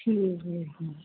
ਠੀਕ ਵੀਰ ਜੀ